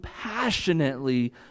passionately